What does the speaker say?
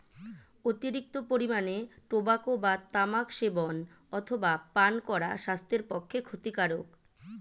অতিরিক্ত পরিমাণে টোবাকো বা তামাক সেবন অথবা পান করা স্বাস্থ্যের পক্ষে ক্ষতিকারক